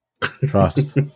trust